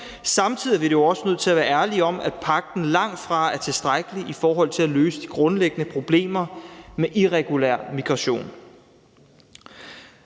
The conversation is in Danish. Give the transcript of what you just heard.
Samtidig er vi dog også nødt til at være ærlige om, at pagten langtfra er tilstrækkelig i forhold til at løse de grundlæggende problemer med irregulær migration.